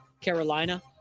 Carolina